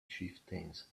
chieftains